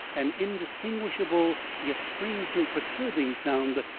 an indistinguishable yet strangely perturbing sound,